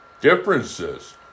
differences